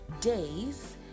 days